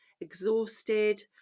exhausted